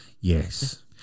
Yes